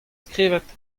skrivet